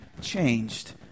changed